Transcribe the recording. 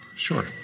Sure